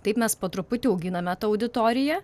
taip mes po truputį auginame tą auditoriją